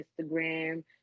Instagram